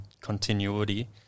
continuity